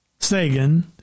Sagan